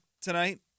tonight